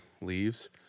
leaves